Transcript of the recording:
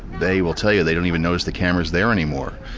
they will tell you they don't even notice the camera's there any more.